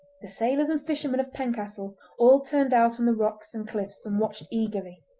the sailors and fishermen of pencastle all turned out on the rocks and cliffs and watched eagerly.